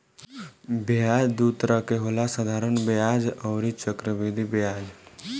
ब्याज दू तरह के होला साधारण ब्याज अउरी चक्रवृद्धि ब्याज